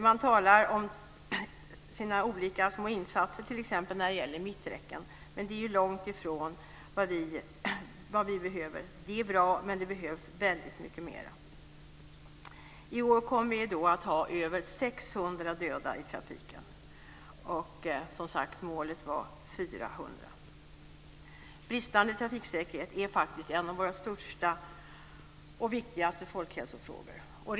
Man talar om sina olika insatser, t.ex. mitträcken. Men de är långtifrån vad vi behöver. De är bra, men det behövs väldigt mycket mera. I år kommer det att bli över 600 döda i trafiken. Målet var 400. Bristande trafiksäkerhet är en av våra största och viktigaste folkhälsofrågor.